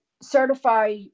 certify